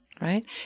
Right